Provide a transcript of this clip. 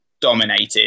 dominated